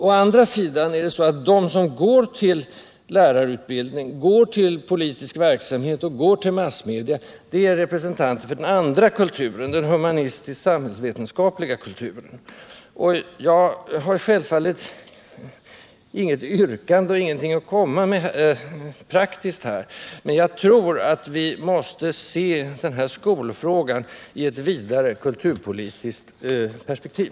Å andra sidan är de som går till lärarutbildning, till politisk verksamhet och till massmedia representanter för den andra kulturen, den humanistisk-samhällsvetenskapliga. Jag har självfallet inget yrkande och inget praktiskt förslag att lägga fram, men jag tror att vi måste se det som här ter sig som en skolfråga i ett vidare kulturpolitiskt perspektiv.